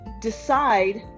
decide